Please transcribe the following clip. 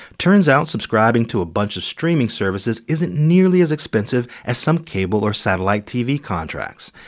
turns out, subscribing to a bunch of streaming services isn't nearly as expensive as some cable or satellite tv contracts.